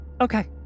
Okay